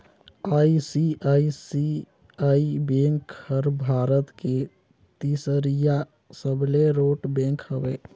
ICICI bank हर भारत के तीसरईया सबले रोट बेंक हवे